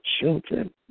children